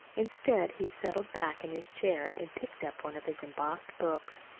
instead he settled back in his chair and picked up one of his embossed books.